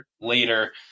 later